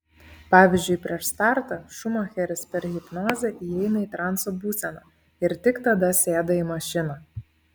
pavyzdžiui prieš startą šumacheris per hipnozę įeina į transo būseną ir tik tada sėda į mašiną